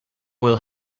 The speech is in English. will